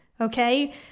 Okay